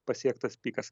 pasiektas pikas